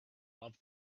love